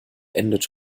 endet